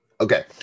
okay